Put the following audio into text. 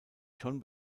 schon